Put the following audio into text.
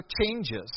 changes